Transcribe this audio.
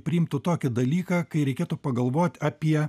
priimtų tokį dalyką kai reikėtų pagalvot apie